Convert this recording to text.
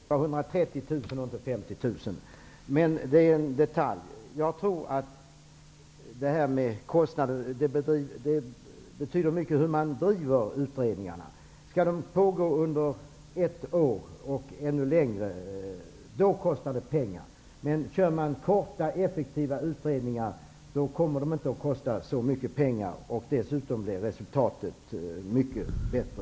Fru talman! Beloppet som det gällde till UNESCO var 130 000 kronor, inte 50 000, men det är en detalj. Jag tror att det betyder mycket för kostnaderna hur man driver utredningarna. Skall de pågå ett år och ännu längre, då kostar de pengar. Men kör man korta och effektiva utredningar, kommer de inte att kosta så mycket pengar, och dessutom blir resultatet mycket bättre.